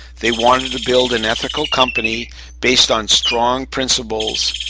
they wanted to build an ethical company based on strong principles,